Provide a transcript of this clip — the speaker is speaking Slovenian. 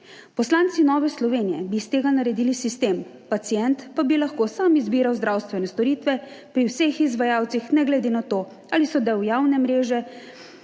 Poslanci Nove Slovenije bi iz tega naredili sistem, pacient pa bi lahko sam izbiral zdravstvene storitve pri vseh izvajalcih, ne glede na to, ali so del javne mreže,